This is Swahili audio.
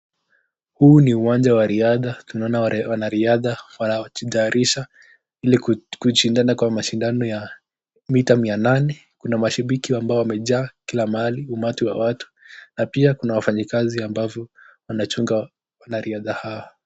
Huu ni uwanja wa riadha tunaona wanariadha wanaojitayarisha ili kushindana kwa mashindano ya mita mia nane, kuna mshabiki ambao wamejaa kila mahali, umati wa watu. Na pia kuna wafanyikazi ambao wanacunga wanariadha hawa.